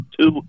two